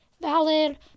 Valid